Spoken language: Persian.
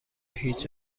هیچ